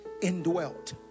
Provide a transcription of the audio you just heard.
indwelt